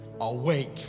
awake